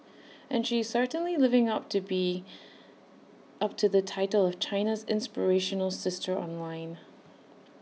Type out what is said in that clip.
and she is certainly living up to be of to the title of China's inspirational sister online